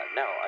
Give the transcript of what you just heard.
no